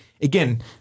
again